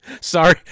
Sorry